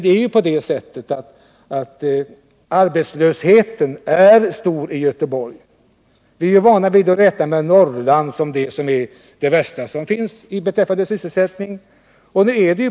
Det är ju på det sättet att arbetslösheten är stor i Göteborg. Vi är vana vid att räkna med Norrland som värst drabbat när det gäller sysselsättningen.